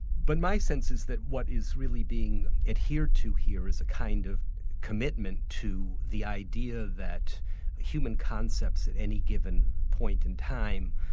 but my sense is that what is really being adhered to here is a kind of commitment to the idea that human concepts at any given point in time,